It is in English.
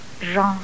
Jean